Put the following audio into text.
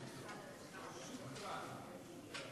אנו גאים בך ונמשיך להעלות אותך על נס.